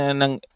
na